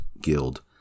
Guild